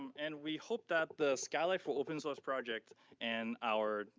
and we hope that the skylight for open source project and our,